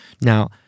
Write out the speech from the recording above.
Now